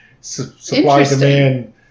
Supply-demand